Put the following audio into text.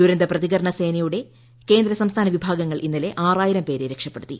ദുരന്തപ്രതികരണ സേനയുടെ കേന്ദ്ര സംസ്ഥാന വിഭാഗങ്ങൾ ഇന്നലെ ആറായിരം പേരെ രക്ഷപ്പെടുത്തി